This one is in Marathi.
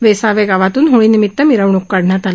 वेसावे गावातून होळीनिमित मिरवणूक काढण्यात आली